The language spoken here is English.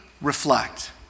reflect